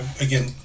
again